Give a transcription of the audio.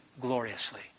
gloriously